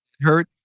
hurt